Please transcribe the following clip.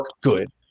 good